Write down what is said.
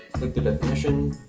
click the definition.